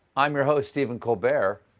i'm your host stephen colbert.